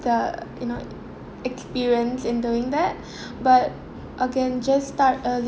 the you know experience in doing that but again just start earl~